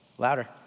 Louder